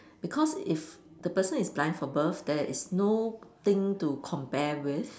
because if the person is blind from birth there is no thing to compare with